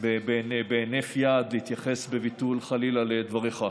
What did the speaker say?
בהינף יד, להתייחס בביטול, חלילה, לדבריך.